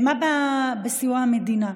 מה בסיוע המדינה?